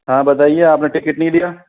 हाँ बताइए आपने टिकट नहीं लिया